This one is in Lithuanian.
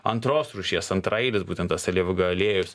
antros rūšies antraeilis būtent tas alyvuogių aliejus